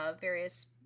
various